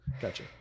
Gotcha